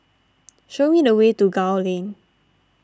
show me the way to Gul Lane